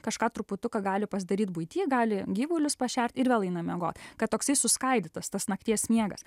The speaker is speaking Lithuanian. kažką truputuką gali pasidaryt buity gali gyvulius pašert ir vėl eina miegot kad toksai suskaidytas tas nakties miegas